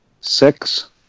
Six